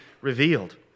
revealed